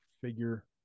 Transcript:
figure